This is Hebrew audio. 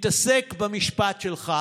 גם בהפגנות ובכל התקהלות.